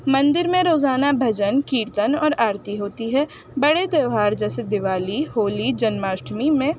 مندر میں روزانہ بھجن کیرتن اور آرتی ہوتی ہے بڑے تہوار جیسے دیوالی ہولی جنماشٹمی میں